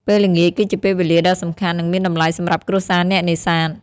ពេលល្ងាចគឺជាពេលវេលាដ៏សំខាន់ និងមានតម្លៃសម្រាប់គ្រួសារអ្នកនេសាទ។